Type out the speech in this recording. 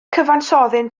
cyfansoddyn